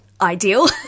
ideal